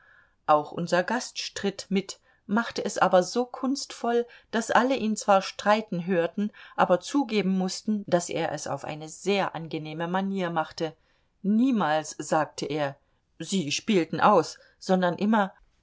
auch unser gast stritt mit machte es aber so kunstvoll daß alle ihn zwar streiten hörten aber zugeben mußten daß er es auf eine sehr angenehme manier machte niemals sagte er sie spielten aus sondern immer